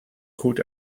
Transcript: goed